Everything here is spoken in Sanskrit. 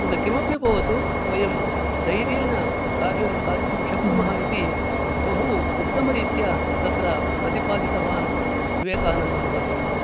तत् किमपि भवतु वयं धैर्येण कार्यं साधितुं शक्नुमः इति बहु उत्तमरीत्या तत्र प्रतिपादितवान् विवेकानन्दमहोदयः